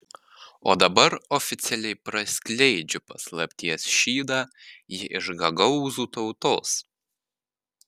o dabar oficialiai praskleidžiu paslapties šydą ji iš gagaūzų tautos